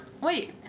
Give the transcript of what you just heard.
Wait